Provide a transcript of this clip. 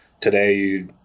today